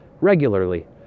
regularly